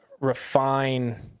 refine